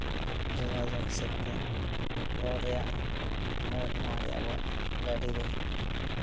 ᱡᱳᱜᱟᱡᱳᱜᱽ ᱦᱤᱥᱟᱹᱵᱽ ᱛᱮ ᱨᱚᱲ ᱨᱮᱭᱟᱜ ᱱᱚᱣᱟᱜᱮ ᱟᱵᱚᱣᱟᱜ ᱜᱟᱹᱰᱤᱨᱮ